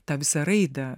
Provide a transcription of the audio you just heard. tą visą raidą